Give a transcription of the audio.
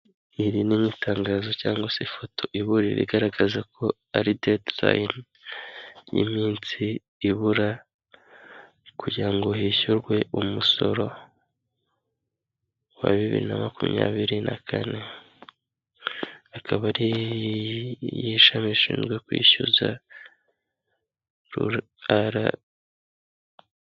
Iri ni nk'itangazo cyangwa se ifoto iburira igaragaza ko ari dediliyini y'iminsi ibura, kugira ngo hishyurwe umusoro wa bibiri na makumyabiri na kane, akaba ari iy'ishami rishinzwe kwishyuza ara